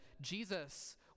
Jesus